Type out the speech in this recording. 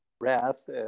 wrath